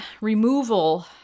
removal